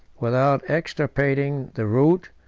without extirpating the root,